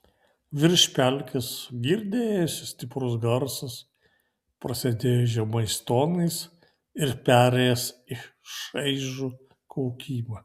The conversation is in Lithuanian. virš pelkės girdėjosi stiprus garsas prasidėjęs žemais tonais ir perėjęs į šaižų kaukimą